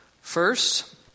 First